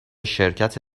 شرکت